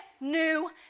new